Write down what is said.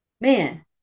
man